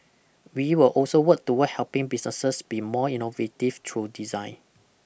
we will also work towards helping businesses be more innovative through design